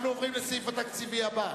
אנחנו עוברים לסעיף התקציבי הבא.